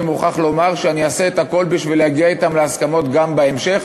אני מוכרח לומר שאני אעשה את הכול כדי להגיע אתם להסכמות גם בהמשך,